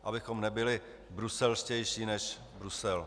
Abychom nebyli bruselštější než Brusel.